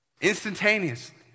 Instantaneously